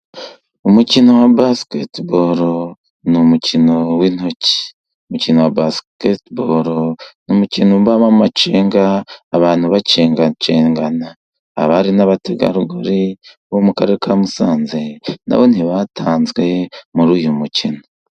Umukino wa basiketiboro ni umukino w'intoki. Umukino wa basiketiboro ni umukino ubamo amacenga, abantu bacengacengana. Abari n'abategarugori bo mu Karere ka Musanze na bo ntibatanzwe muri uyu mukino.